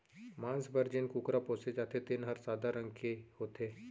मांस बर जेन कुकरा पोसे जाथे तेन हर सादा रंग के होथे